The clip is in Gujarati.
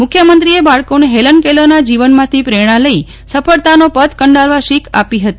મુખ્યમંત્રીએ બાળકોને હેલન કેલરના જીવનમાંથી પ્રેરજ્ઞા લઈ સફળતાનો પથ કંડારવા શીખ આપી હતી